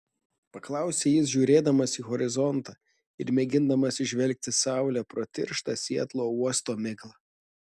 paklausė jis žiūrėdamas į horizontą ir mėgindamas įžvelgti saulę pro tirštą sietlo uosto miglą